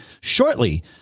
shortly